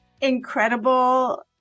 incredible